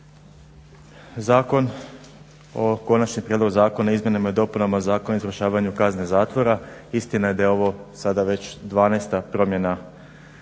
Konačni prijedlog zakona o izmjenama i dopunama Zakona o izvršavanju kazne zatvora istina je da je ovo sada već 12. promjena